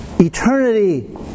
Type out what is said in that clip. eternity